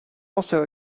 also